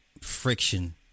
friction